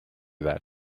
that